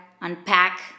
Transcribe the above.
unpack